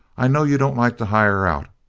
i know you don't like to hire out.